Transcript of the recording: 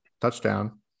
touchdown